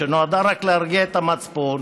שנועדה רק להרגיע את המצפון,